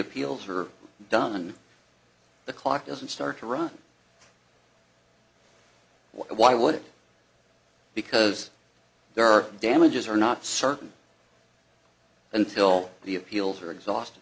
appeals are done the clock doesn't start to run why would it because there are damages are not certain until the appeals are exhausted